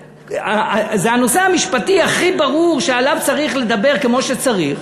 זה הנושא המשפטי הכי ברור שעליו צריך לדבר כמו שצריך.